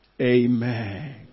Amen